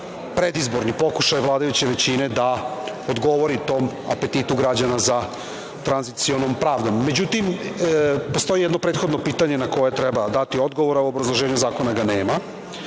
predizborni pokušaj vladajuće većine, da odgovori tom apetitu građana za tranzicionom pravdom.Međutim, postoji jedno prethodno pitanje na koje treba dati odgovor, a u obrazloženju zakona ga nema,